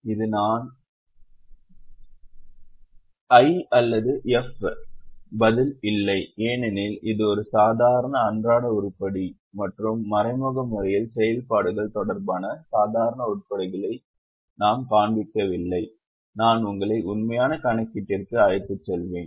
இது I அல்லது F பதில் இல்லை ஏனெனில் இது ஒரு சாதாரண அன்றாட உருப்படி மற்றும் மறைமுக முறையில் செயல்பாடுகள் தொடர்பான சாதாரண உருப்படிகளை நாம் காண்பிக்கவில்லை நான் உங்களை உண்மையான கணக்கீட்டிற்கு அழைத்துச் செல்வேன்